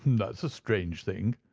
that's a strange thing,